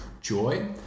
Joy